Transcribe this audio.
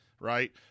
right